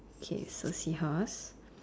okay so seahorse